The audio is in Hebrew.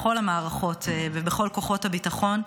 בכל המערכות ובכל כוחות הביטחון.